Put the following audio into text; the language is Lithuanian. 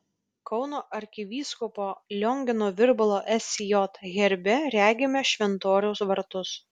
kauno arkivyskupo liongino virbalo sj herbe regime šventoriaus vartus